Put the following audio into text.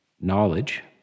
knowledge